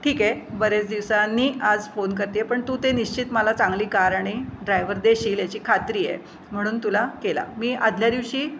ठीक आहे बरेच दिवसांनी आज फोन करतेय पण तू ते निश्चित मला चांगली कार आणि ड्रायव्हर देशील याची खात्री आहे म्हणून तुला केला मी आधल्या दिवशी